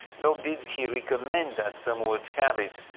nor did he recommend, as some would have it,